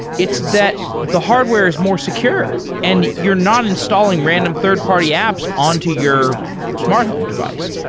it's that the hardware is more secure and you're not installing random third-party apps on to your smartphone device.